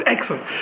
excellent